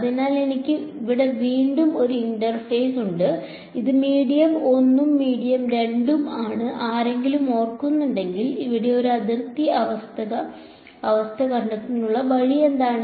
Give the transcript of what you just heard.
അതിനാൽ എനിക്ക് ഇവിടെ വീണ്ടും ഒരു ഇന്റർഫേസ് ഉണ്ട് ഇത് മീഡിയം 1 ഉം മീഡിയം 2 ഉം ആണ് ആരെങ്കിലും ഓർക്കുന്നുണ്ടെങ്കിൽ ഇവിടെ ഒരു അതിർത്തി അവസ്ഥ കണ്ടെത്തുന്നതിനുള്ള വഴി എന്താണ്